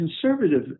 conservative